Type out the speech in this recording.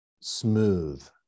smooth